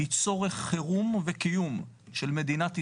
היא צורך חירום ובקיום של מדינת ישראל,